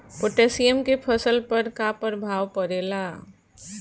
Potassium के फसल पर का प्रभाव पड़ेला?